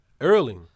Early